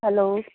hello